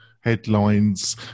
headlines